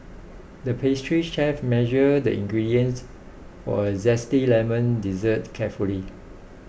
the pastry chef measured the ingredients for a Zesty Lemon Dessert carefully